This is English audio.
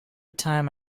time